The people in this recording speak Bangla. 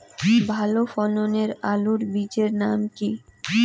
ভালো ফলনের আলুর বীজের নাম কি?